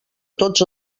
tots